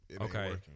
okay